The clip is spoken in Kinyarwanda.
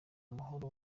amahoro